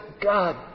God